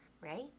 right